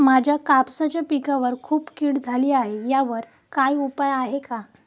माझ्या कापसाच्या पिकावर खूप कीड झाली आहे यावर काय उपाय आहे का?